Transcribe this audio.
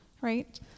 right